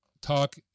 talk